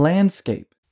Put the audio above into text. Landscape